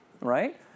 right